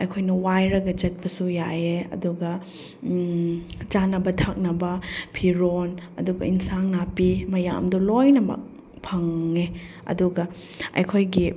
ꯑꯩꯈꯣꯏꯅ ꯋꯥꯏꯔꯒ ꯆꯠꯄꯁꯨ ꯌꯥꯏꯌꯦ ꯑꯗꯨꯒ ꯆꯥꯅꯕ ꯊꯛꯅꯕ ꯐꯤꯔꯣꯜ ꯑꯗꯨꯒ ꯑꯦꯟꯁꯥꯡ ꯅꯥꯄꯤ ꯃꯌꯥꯝꯗꯨ ꯂꯣꯏꯅꯃꯛ ꯐꯪꯉꯦ ꯑꯗꯨꯒ ꯑꯩꯈꯣꯏꯒꯤ